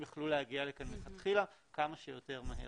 יכלו להגיע לכאן לכתחילה כמה שיותר מהר.